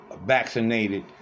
vaccinated